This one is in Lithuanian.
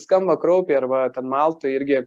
skamba kraupiai arba ten maltoj irgi